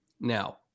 Now